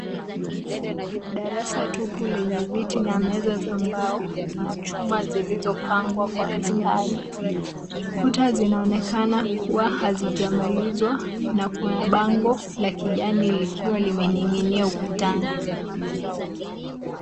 Darasa tupu lenye viti na meza za mbao na chuma zilizopangwa kwa mistari. Kuta zinaonekana kuwa hazijamalizwa na kuna bango la kijani likiwa limening'inia ukutani.